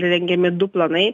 rengiami du planai